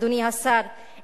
אדוני השר,